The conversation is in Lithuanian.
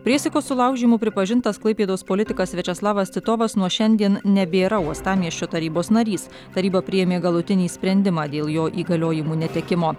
priesaikos sulaužymu pripažintas klaipėdos politikas viačeslavas titovas nuo šiandien nebėra uostamiesčio tarybos narys taryba priėmė galutinį sprendimą dėl jo įgaliojimų netekimo